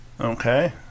Okay